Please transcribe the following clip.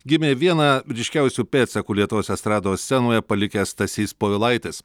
gimė vieną ryškiausių pėdsakų lietuvos estrados scenoje palikę stasys povilaitis